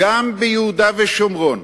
גם ביהודה ושומרון,